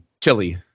Chili